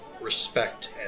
respect